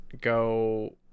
go